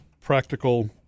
Practical